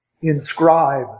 inscribe